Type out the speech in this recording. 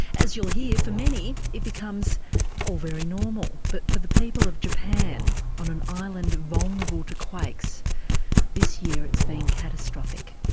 as you'll hear, for many it becomes all very normal, but for the people of japan on an island vulnerable to quakes this year it's been catastrophic.